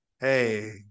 Hey